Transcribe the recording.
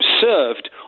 served